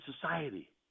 society